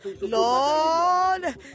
Lord